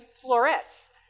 florets